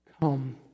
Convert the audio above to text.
come